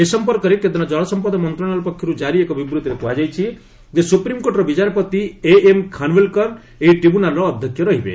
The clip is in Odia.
ଏ ସମ୍ପର୍କରେ କେନ୍ଦ୍ର ଜଳ ସମ୍ପଦ ମନ୍ତ୍ରଣାଳୟ ପକ୍ଷରୁ ଜାରି ଏକ ବିବୃଭିରେ କୁହାଯାଇଛି ଯେ ସୁପ୍ରିମ୍କୋର୍ଟର ବିଚାରପତି ଏଏମ୍ ଖାନ୍ୱିଲ୍କର ଏହି ଟ୍ରିବ୍ୟୁନାଲ୍ର ଅଧ୍ୟକ୍ଷ ରହିବେ